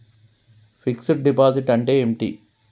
Fix డ్ deposit అంటే ఏమిటి?